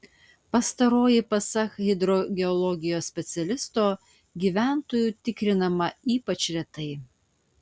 pastaroji pasak hidrogeologijos specialisto gyventojų tikrinama ypač retai